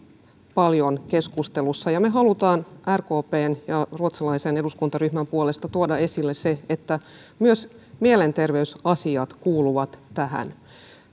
paljon keskustelussa ja me haluamme rkpn ja ruotsalaisen eduskuntaryhmän puolesta tuoda esille sen että myös mielenterveysasiat kuuluvat tähän